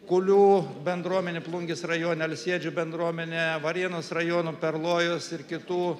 kulių bendruomenė plungės rajuone alsėdžių bendruomenė varėnos rajono perlojos ir kitų